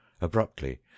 Abruptly